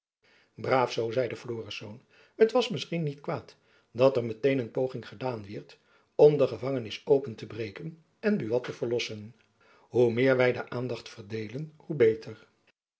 braaf zoo zeide florisz t was misschien niet kwaad dat er met-een een poging gedaan wierd om de gevangenis open te breken en buat te verlossen hoe meer wy de aandacht verdeelen hoe beter